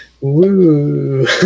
woo